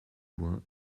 loin